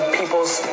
people's